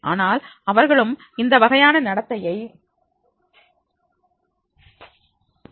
ஆனால் அவர்களும் இந்த வகையான நடத்தையை மேற்கொள்வதை உணர்வார்கள்